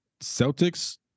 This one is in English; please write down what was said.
Celtics